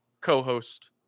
co-host